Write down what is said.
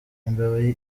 imbeba